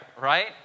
right